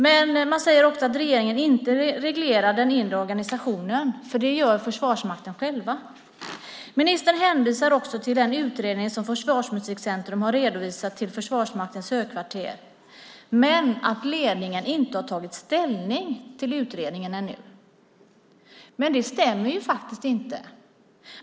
Men man säger också att regeringen inte reglerar den inre organisationen, för det gör Försvarsmakten själv. Ministern hänvisar till den utredning som Försvarsmusikcentrum har redovisat till Försvarsmaktens högkvarter men säger att ledningen inte har tagit ställning till utredningen ännu. Det stämmer faktiskt inte.